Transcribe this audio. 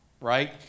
right